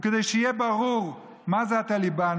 וכדי שיהיה ברור מה זה הטליבאן,